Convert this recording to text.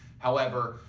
however,